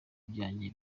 byanjye